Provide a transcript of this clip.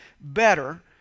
better